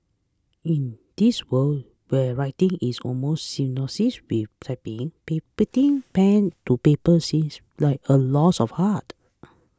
in this world where writing is almost synonymous with typing be putting pen to paper seems like a lost of art